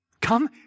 Come